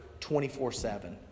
24-7